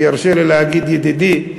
ויורשה לי להגיד ידידי,